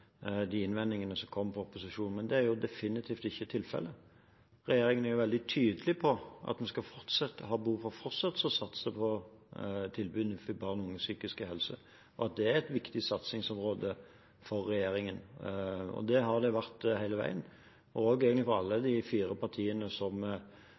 de innvendingene som kommer fra opposisjonen, men det er definitivt ikke tilfellet. Regjeringen er veldig tydelig på at vi har behov for fortsatt å satse på tilbud innenfor barn og unges psykiske helse, og at det er et viktig satsingsområde for regjeringen. Det har det vært hele veien, også for alle